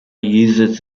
uses